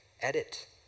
edit